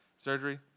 Surgery